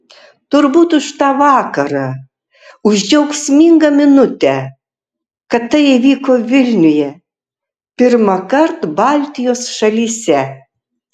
turbūt už tą vakarą už džiaugsmingą minutę kad tai įvyko vilniuje pirmąkart baltijos šalyse